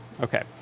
Okay